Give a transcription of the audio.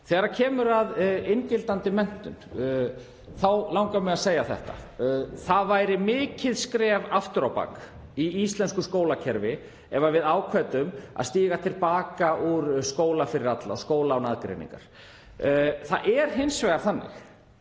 Þegar kemur að inngildandi menntun langar mig að segja þetta: Það væri mikið skref aftur á bak í íslensku skólakerfi ef við ákvæðum að stíga til baka úr skóla fyrir alla, skóla án aðgreiningar. Við höfum hins vegar ekki